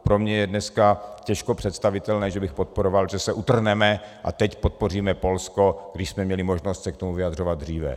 Pro mě je dneska těžko představitelné, že bych podporoval, že se utrhneme a teď podpoříme Polsko, když jsme měli možnost se k tomu vyjadřovat dříve.